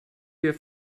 wir